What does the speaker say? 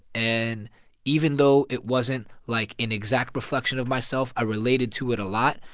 and even though it wasn't, like, an exact reflection of myself, i related to it a lot.